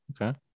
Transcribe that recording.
Okay